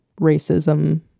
racism